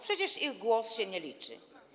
Przecież ich głos się nie liczy.